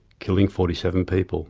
killing forty seven people